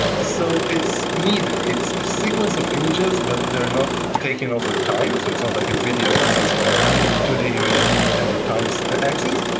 so it's neither. it's a sequence of images, but they're not taken over time, so it's not like a video in the sense of a two d image and the times axis.